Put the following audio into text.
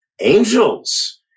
angels